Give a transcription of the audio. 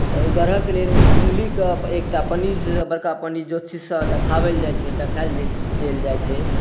तऽ ओहि ग्रहके लेल कुण्डलीके एकटा पण्डितजीसँ बड़का पण्डितजी ज्योतिषिसँ देखाओल जाइत छै देखायल देल जाइत छै